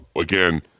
Again